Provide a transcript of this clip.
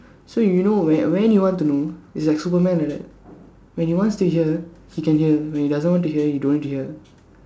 so you know where when you want to know is like Superman like that when he wants to hear he can hear when he doesn't want to hear he don't want to hear